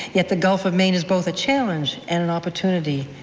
yet the gulf of maine is both a challenge and our opportunity.